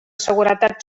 seguretat